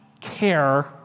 care